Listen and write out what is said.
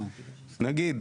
נגיד,